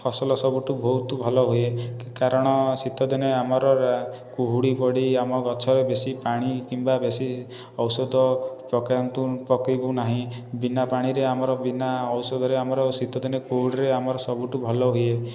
ଫସଲ ସବୁଠାରୁ ବହୁତ ଭଲ ହୁଏ କାରଣ ଶୀତଦିନେ ଆମର କୁହୁଡ଼ି ପଡ଼ି ଆମ ଗଛ ବେଶୀ ପାଣି କିମ୍ବା ବେଶୀ ଔଷଧ ପକାନ୍ତୁ ପକେଇବୁ ନାହିଁ ବିନା ପାଣିରେ ଆମର ବିନା ଔଷଧରେ ଆମର ଶୀତଦିନେ କୁହୁଡ଼ିରେ ଆମର ସବୁଠୁ ଭଲ ହୁଏ